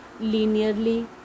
linearly